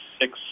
six